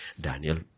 Daniel